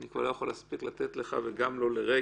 אני כבר לא יכול להספיק לתת לך וגם לא לר',